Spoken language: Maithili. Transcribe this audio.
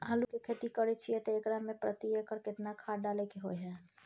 आलू के खेती करे छिये त एकरा मे प्रति एकर केतना खाद डालय के होय हय?